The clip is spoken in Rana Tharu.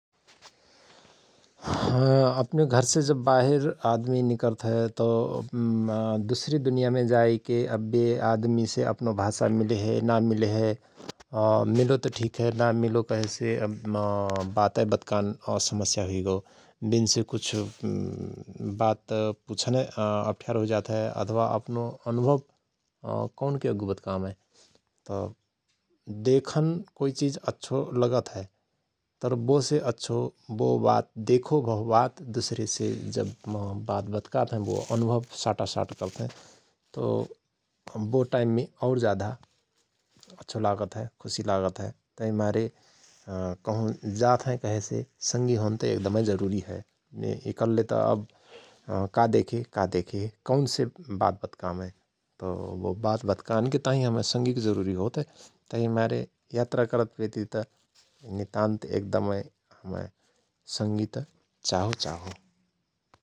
अपनो घरसे जव बाहिर आदमी निकर्त हय तओ दुसरी दुनियामे जायके अव वे आदमि आदमीसे अपनो भाषा मिलहय ना मिलहय अ मिलोत ठिक हय ना मिलो कहेसे अव बातय बतकान समस्या हुइगओ विन्से कुछ बात त पुछनय अप्ठ्यारो हुइजात हय अथवा अपनो अनुभव कौनके अग्गु बत्कामय तओ । देखन कुई चिझ अच्छो लगत हय तर बोसे अच्छो वो बात देखो भव बात दुसरे से जव बात बत्कात हयं बो अनुभव साटासाट करत हयं तओ बो टाईममे और जादा अच्छो लागत हय खुशि लागत हय । तहि मारे कहुँ जात हय कहेसे संगी होन त एक दमय जरुरी हय । इकल्ले त अव का देखे का देखे कौनसे बात बत्कामय तओ बो बात बत्कानकेताहिँ फिर हमय संगिक जरुरीहोत हय । तहिक मारे यात्रा करत पेति त नितान्त एकदमय हमय संगी त चाहु चाहो ।